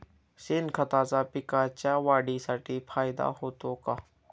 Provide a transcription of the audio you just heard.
शेणखताचा पिकांच्या वाढीसाठी फायदा होतो का?